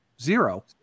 zero